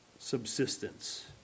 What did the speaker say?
subsistence